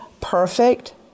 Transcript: perfect